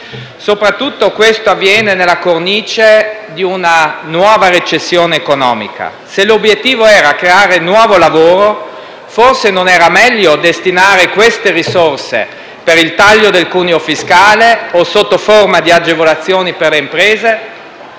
Soprattutto, ciò avviene nella cornice di una nuova recessione economica. Se l'obiettivo era creare nuovo lavoro, forse non era meglio destinare queste risorse per il taglio del cuneo fiscale o sotto forma di agevolazioni per le imprese?